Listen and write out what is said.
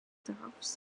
bedarfs